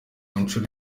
nshuro